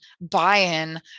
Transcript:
buy-in